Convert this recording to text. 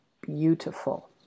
beautiful